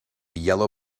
yellow